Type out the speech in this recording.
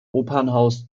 opernhaus